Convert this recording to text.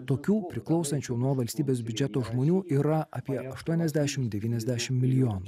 tokių priklausančių nuo valstybės biudžeto žmonių yra apie aštuoniasdešimt devyniasdešimt milijonų